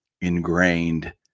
ingrained